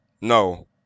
No